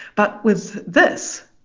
but with this,